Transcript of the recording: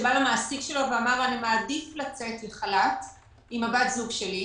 שאמר למעסיק שלו אני מעדיף לצאת לחל"ת עם בת הזוג שלי,